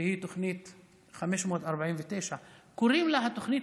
שהיא תוכנית 549. קוראים לה התוכנית